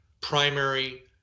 primary